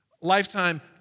lifetime